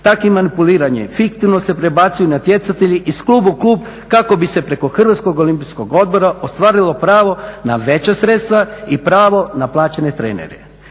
Takvim manipuliranjem fiktivno se prebacuju natjecatelji iz kluba u klub kako bi se preko Hrvatskog olimpijskog odbora ostvarilo pravo na veća sredstva i pravo na plaćene trenere.